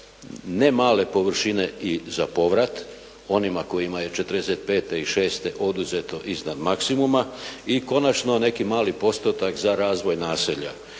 ne male površine i za povrat, onima kojima je 45. i šeste oduzeto iznad naksimuma. I konačno neki mali postotak za razvoj naselja.